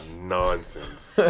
nonsense